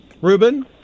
ruben